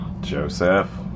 Joseph